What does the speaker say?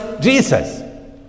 Jesus